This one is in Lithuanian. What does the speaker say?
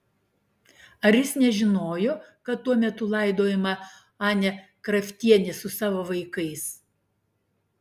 ar jis nežinojo kad tuo metu laidojama anė kraftienė su savo vaikais